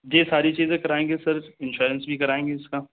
جی ساری چیزیں کرائیں گے سر انشورنس بھی کرائیں گے اس کا